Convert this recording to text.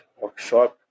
workshop